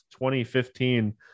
2015